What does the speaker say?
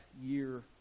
year